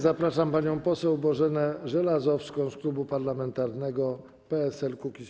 Zapraszam panią poseł Bożenę Żelazowską z klubu parlamentarnego PSL-Kukiz15.